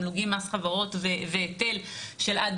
תמלוגי מס חברות והיטל של עד